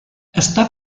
està